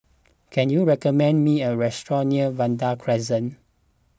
can you recommend me a restaurant near Vanda Crescent